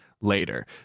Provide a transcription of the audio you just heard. later